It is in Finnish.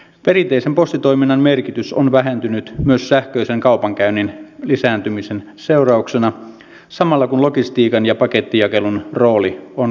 perinteisen postitoiminnan merkitys on vähentynyt myös sähköisen kaupankäynnin lisääntymisen seurauksena samalla kun logistiikan ja pakettijakelun rooli on kasvanut